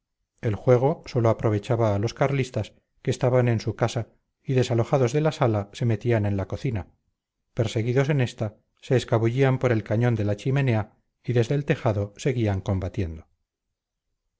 el juego sólo aprovechaba a los carlistas que estaban en su casa y desalojados de la sala se metían en la cocina perseguidos en esta se escabullían por el cañón de la chimenea y desde el tejado seguían combatiendo